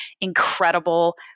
incredible